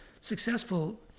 successful